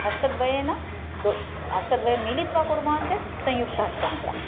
हस्तद्वयेन दो हस्तद्वयं मिलित्वा कुर्मः चेत् संयुक्तहस्तमुद्रा